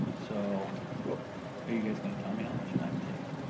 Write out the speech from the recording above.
so are you guys gonna tell me how much time it takes?